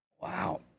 Wow